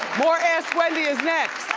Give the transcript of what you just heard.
more ask wendy is next.